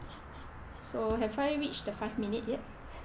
so have I reached the five minute yet